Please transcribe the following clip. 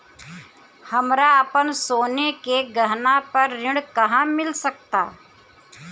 हमरा अपन सोने के गहना पर ऋण कहां मिल सकता?